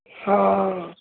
हा